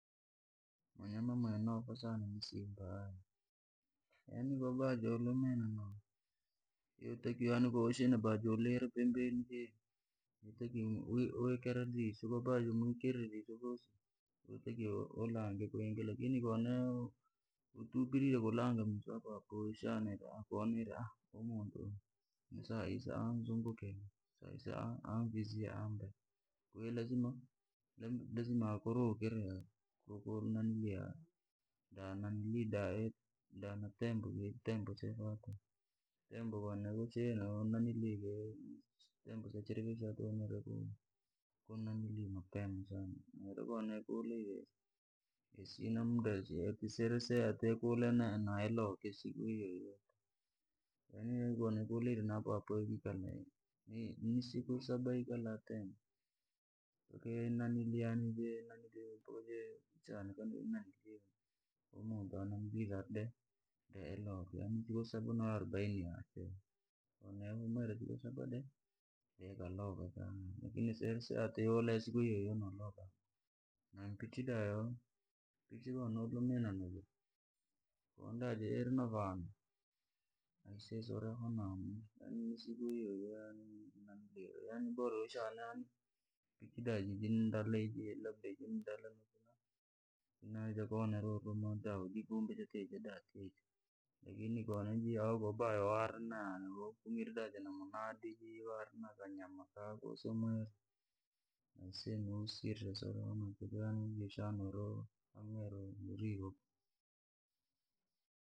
Mnyama mwenofaa sana nisiimba yani, yaani kowa lumine nayo, yotakiwa yaani kowashiine jowalire pembeni jai, wotakiwa uikere riso kowaikere risorosi. Wotakiwa ulange kwingi lakini kono watubirie kulanga miso apoapo vi shanairi koona ira umuntu, saisaha anzunguke, saisaha anvizie anve, kwahiyo lazima lazima akurukire, kourinanilia da nanilii danatembovi tembo jitembo chaga kono. Tembo yashihine wonanilii, tembo siyachere veshatuku yakunanilii mapema sana naira ko yakuulaire, isina mda siirisea ateyakuulae mailoke siku iyoiyo ira, yaani konokuulaire, yaani naikire niapoapoa iri kiikala ni, ni- nisiku saba ikalaa tembo, mpaka muntu abadilike de, iloke yani siku saba noarubaini yako. ko yahumwire siku saba de ikaloka lakini. Siiri sea atiyoulea siku iyoiyo noloka, nampichi dayo, mpichi kowalumine nayo, kodairi navana, sesya uri yani nisiku iyoiyo yanibora shane yani mpichi danindala, labda ijindala naika kuonera huruma da uji vumbe tijajiri dati ja, lakini kobaware na wafumire aise wasiire siurihona tuku shana uri warirwe kanu.